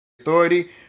Authority